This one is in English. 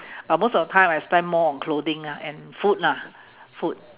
but most of the time I spend more on clothing ah and food lah food